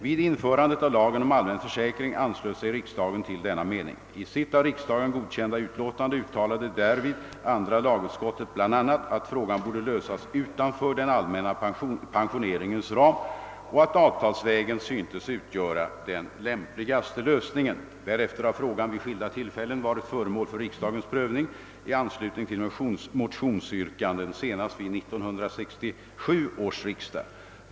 Vid införandet av lagen om allmän försäkring anslöt sig riksdagen till denna mening. I sitt av riksdagen godkända utlåtande uttalade därvid andra lagutskottet bl.a., att frågan borde lösas utanför den allmänna pensioneringens ram och att avtalsvägen syntes utgöra den lämpligaste lösningen. Därefter har frågan vid skilda tillfällen varit föremål för riksdagens prövning i anslutning till motionsyrkanden, senast vid 1967 års riksdag.